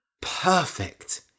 Perfect